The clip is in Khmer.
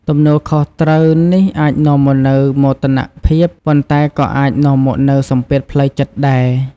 ទំនួលខុសត្រូវនេះអាចនាំមកនូវមោទនភាព ប៉ុន្តែក៏អាចនាំមកនូវសម្ពាធផ្លូវចិត្តដែរ។